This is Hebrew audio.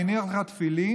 והניח לך תפילין,